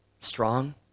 Strong